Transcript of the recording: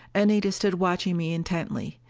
anita stood watching me intently.